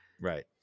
Right